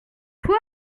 quoi